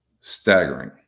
Staggering